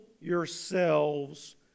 yourselves